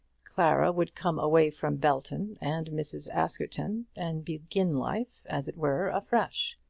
clara would come away from belton and mrs. askerton, and begin life, as it were, afresh.